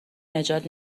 نجات